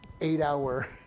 eight-hour